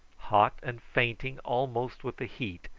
hot and fainting almost with the heat,